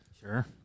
Sure